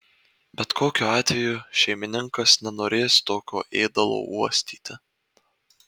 bet kokiu atveju šeimininkas nenorės tokio ėdalo uostyti